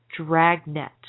Dragnet